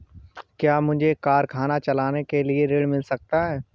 क्या मुझे कारखाना चलाने के लिए ऋण मिल सकता है?